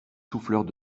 souffleurs